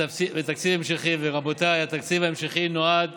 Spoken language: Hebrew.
תקציב המשכי, ורבותיי, התקציב ההמשכי נועד